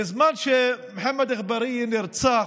בזמן שמוחמד אגברייה נרצח,